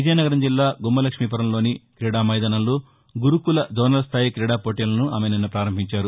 విజయనగరం జిల్లా గుమ్మలక్ష్మీపురం లోని క్రీడా మైదానంలో గురుకుల జోనల్ స్గాయి క్రీడా పోటీలను ఆమె నిన్న ప్రారంభించారు